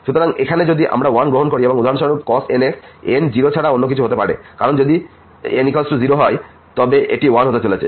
সুতরাং এখানে যদি আমরা 1 গ্রহণ করি এবং উদাহরণস্বরূপ cos nx n 0 ছাড়া অন্য কিছু হতে পারে কারণ n যদি 0 হয় তবে এটি 1 হতে চলেছে